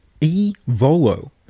E-Volo